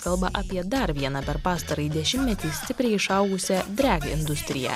kalba apie dar vieną per pastarąjį dešimtmetį stipriai išaugusią drag industriją